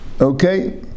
Okay